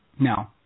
No